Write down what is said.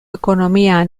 ekonomia